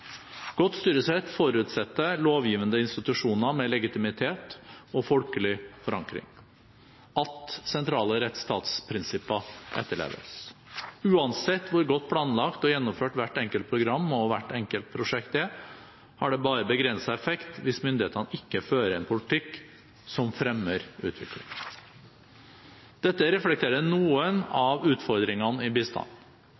Godt styresett forutsetter lovgivende institusjoner med legitimitet og folkelig forankring, og at sentrale rettsstatsprinsipper etterleves. Uansett hvor godt planlagt og gjennomført hvert enkelt program og hvert enkelt prosjekt er, har det bare begrenset effekt hvis myndighetene ikke fører en politikk som fremmer utvikling. Dette reflekterer noen